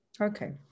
Okay